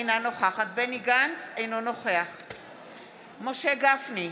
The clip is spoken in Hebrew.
אינה נוכחת בנימין גנץ, אינו נוכח משה גפני,